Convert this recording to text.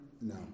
no